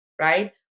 right